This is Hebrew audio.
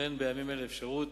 בוחן בימים אלה אפשרות